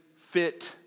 fit